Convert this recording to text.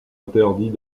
interdit